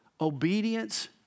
obedience